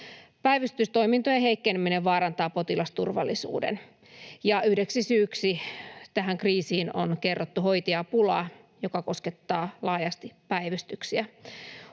Päivystystoimintojen heikkeneminen vaarantaa potilasturvallisuuden, ja yhdeksi syyksi tähän kriisiin on kerrottu hoitajapula, joka koskettaa laajasti päivystyksiä.